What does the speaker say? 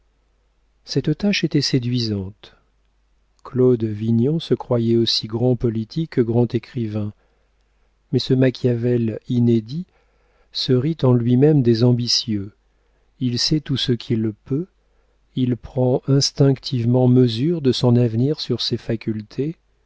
cette tâche était séduisante claude vignon se croyait aussi grand politique que grand écrivain mais ce machiavel inédit se rit en lui-même des ambitieux il sait tout ce qu'il peut il prend instinctivement mesure de son avenir sur ses facultés